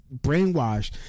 brainwashed